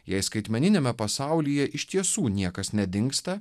jei skaitmeniniame pasaulyje iš tiesų niekas nedingsta